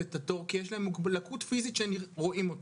את התור כי יש להם לקות פיזית שהם רואים אותם.